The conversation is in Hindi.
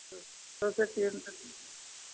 दो से तीन तक